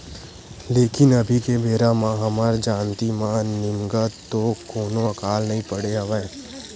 लेकिन अभी के बेरा म हमर जानती म निमगा तो कोनो अकाल नइ पड़े हवय